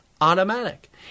automatic